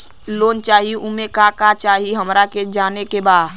Loan चाही उमे का का चाही हमरा के जाने के बा?